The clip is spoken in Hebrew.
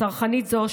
צרכנית זו,